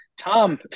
Tom